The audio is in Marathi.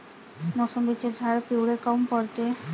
मोसंबीचे झाडं पिवळे काऊन पडते?